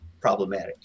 problematic